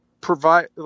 provide –